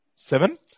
Seven